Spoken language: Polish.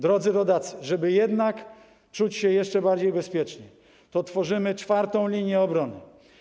Drodzy rodacy, żeby jednak czuć się jeszcze bardziej bezpiecznie, tworzymy czwartą linię obrony.